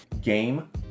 game